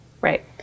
Right